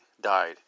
died